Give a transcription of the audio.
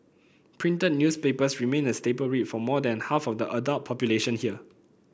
printed newspapers remain a staple read for more than half of the adult population here